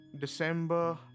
December